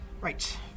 Right